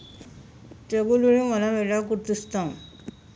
తెగులుని మనం ఎలా గుర్తిస్తాము?